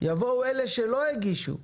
יבואו אלה שלא הגישו,